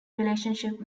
relationship